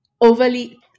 overly